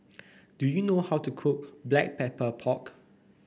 do you know how to cook Black Pepper Pork